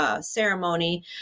ceremony